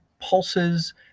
pulses